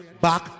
back